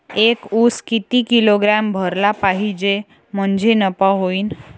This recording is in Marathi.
एक उस किती किलोग्रॅम भरला पाहिजे म्हणजे नफा होईन?